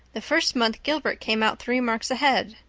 the first month gilbert came out three marks ahead.